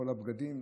כל הבגדים,